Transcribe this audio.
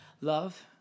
love